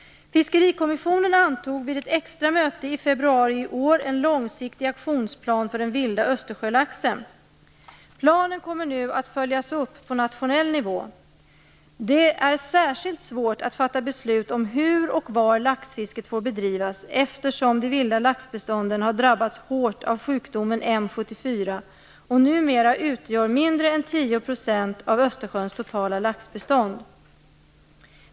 Fiskerikommissionen antog vid ett extra möte i februari i år en långsiktig aktionsplan för den vilda Östersjölaxen. Planen kommer nu att följas upp på nationell nivå. Det är särskilt svårt att fatta beslut om hur och var laxfisket får bedrivas eftersom de vilda laxbestånden har drabbats hårt av sjukdomen M74 och numera utgör mindre än 10 % av Östersjöns totala laxbestånd.